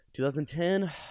2010